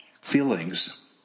feelings